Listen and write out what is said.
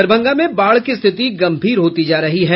दरभंगा में बाढ़ की स्थिति गंभीर होती जा रही है